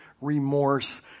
remorse